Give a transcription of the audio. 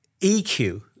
EQ